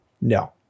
No